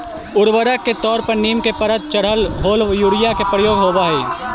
उर्वरक के तौर पर नीम के परत चढ़ल होल यूरिया के प्रयोग होवऽ हई